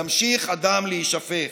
ימשיך הדם להישפך.